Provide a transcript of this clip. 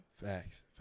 Facts